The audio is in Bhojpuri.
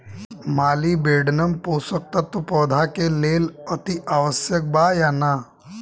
मॉलिबेडनम पोषक तत्व पौधा के लेल अतिआवश्यक बा या न?